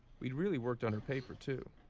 we'd really worked on her paper too.